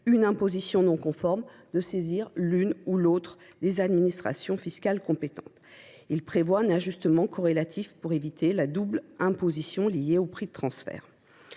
une imposition non conforme de saisir l’une ou l’autre des administrations fiscales compétentes ; et il prévoit un ajustement corrélatif pour éviter la double imposition liée aux prix de transfert.